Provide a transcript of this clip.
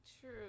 True